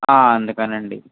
ఆ అందుకని అండి